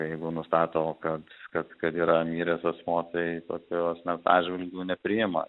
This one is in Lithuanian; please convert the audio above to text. jeigu nustato kad kad kad yra miręs asmuo tai tokio asmens atžvilgiu nepriima